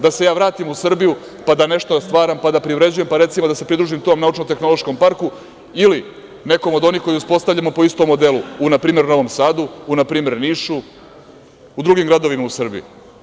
Da se ja vratim u Srbiju, pa da nešto stvaram, pa da privređujem, pa recimo da se pridružim tom naučno-tehnološkom parku ili nekom od onih koje uspostavljamo po istom modelu, u npr. Novom Sadu, u npr. Nišu, u drugim gradovima u Srbiji.